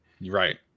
Right